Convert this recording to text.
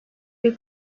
bir